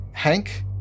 Hank